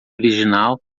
original